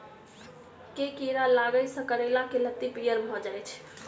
केँ कीड़ा लागै सऽ करैला केँ लत्ती पीयर भऽ जाय छै?